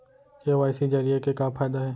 KYC जरिए के का फायदा हे?